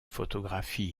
photographies